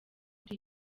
kuri